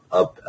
up